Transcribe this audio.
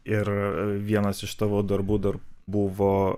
ir vienas iš tavo darbų dar buvo